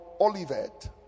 Olivet